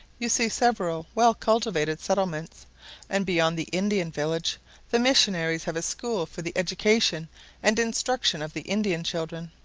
you see several well-cultivated settlements and beyond the indian village the missionaries have a school for the education and instruction of the indian children.